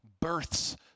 births